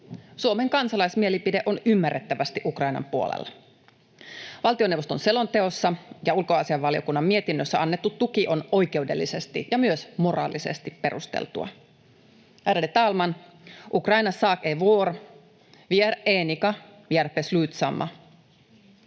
Suomen kansalaismielipide on ymmärrettävästi Ukrainan puolella. Valtioneuvoston selonteossa ja ulkoasiainvaliokunnan mietinnössä annettu tuki on oikeudellisesti ja myös moraalisesti perusteltua. Ärade talman! Ukrainas sak är vår. Vi är eniga, vi är beslutsamma.